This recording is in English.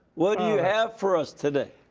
what do you have for us today?